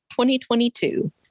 2022